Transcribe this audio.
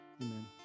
Amen